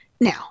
Now